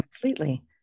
completely